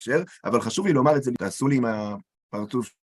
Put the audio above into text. אבל חשוב לי לומר את זה, תעשו לי עם הפרצוף.